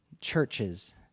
churches